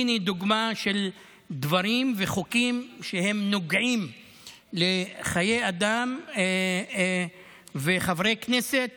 הינה דוגמה של דברים וחוקים שנוגעים לחיי אדם וחברי כנסת